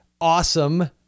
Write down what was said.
awesome